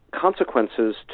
consequences